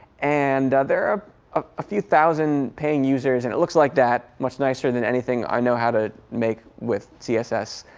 and ah there are a few thousand paying users. and it looks like that much nicer than anything i know how to make with css.